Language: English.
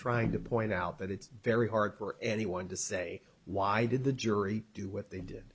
trying to point out that it's very hard for anyone to say why did the jury do what they did